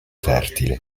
fertile